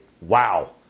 Wow